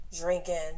drinking